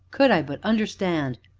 could i but understand!